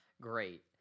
Great